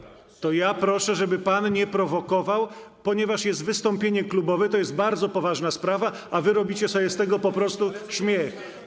To ja proszę, żeby pan nie prowokował, ponieważ jest wystąpienie klubowe, to jest bardzo poważna sprawa, a wy robicie sobie z tego po prostu śmiech.